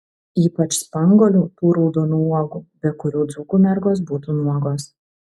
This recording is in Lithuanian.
ypač spanguolių tų raudonų uogų be kurių dzūkų mergos būtų nuogos